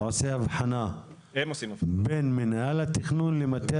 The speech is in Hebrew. אתה עושה הבחנה בין מינהל התכנון למטה